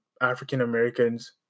African-Americans